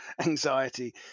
anxiety